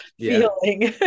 feeling